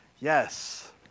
Yes